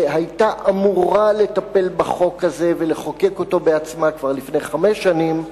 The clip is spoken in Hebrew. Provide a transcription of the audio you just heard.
שהיתה אמורה לטפל בחוק הזה ולחוקק אותו בעצמה כבר לפני חמש שנים,